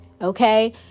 Okay